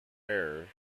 hare